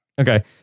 Okay